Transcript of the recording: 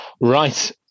right